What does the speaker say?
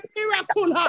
miracle